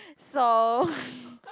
so